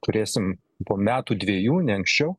turėsim po metų dviejų ne anksčiau